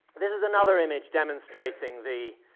this is another image demonstrating the